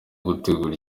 gutegura